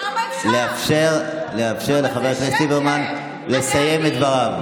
לאפשר לחבר הכנסת ליברמן לסיים את דבריו.